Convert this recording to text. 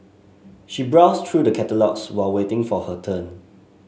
she browsed through the catalogues while waiting for her turn